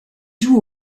joue